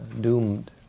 doomed